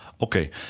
Okay